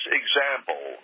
example